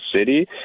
city